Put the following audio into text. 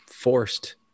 forced